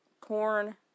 corn